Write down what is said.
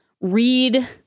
read